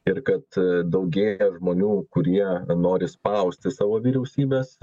ir kad daugėja žmonių kurie nori spausti savo vyriausybes